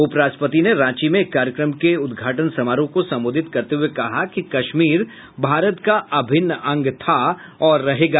उप राष्ट्रपति ने रांची में एक कार्यक्रम के उद्घाटना समारोह को संबोंधित करते हुये कहा कि कश्मीर भारत का अभिन्न अंग था और रहेगा